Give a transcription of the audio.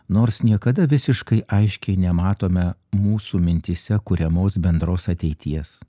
nors niekada visiškai aiškiai nematome mūsų mintyse kuriamos bendros ateities